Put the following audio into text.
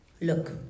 Look